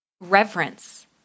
Reverence